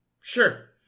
Sure